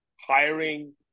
hiring